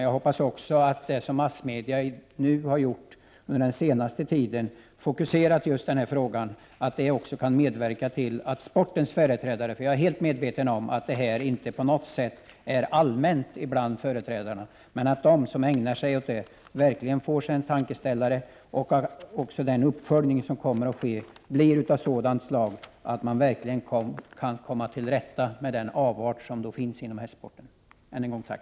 Jag hoppas också att det som massmedia har gjort under den senaste tiden, när man fokuserat frågan, likaså kan medverka till att de av sportens företrädare som ägnar sig åt sådant här — jag är helt medveten om att det inte på något sätt är allmänt förekommande — får sig en allvarlig tankeställare och att den uppföljning som kommer att ske blir av sådant slag att man verkligen kan komma till rätta med dessa avarter inom hästsporten. Än en gång: tack!